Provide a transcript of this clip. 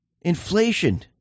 Inflation